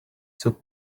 took